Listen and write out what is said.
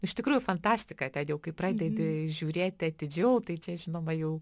iš tikrųjų fantastika ten jau kaip pradedi žiūrėti atidžiau tai čia žinoma jau